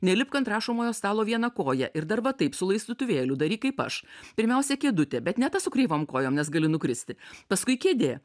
nelipk ant rašomojo stalo viena koja ir dar va taip su laistituvėliu daryk kaip aš pirmiausia kėdutė bet ne tas su kreivom kojom nes gali nukristi paskui kėdė